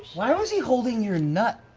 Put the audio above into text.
why was he holding your nut?